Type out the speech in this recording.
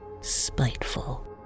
spiteful